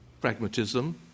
Pragmatism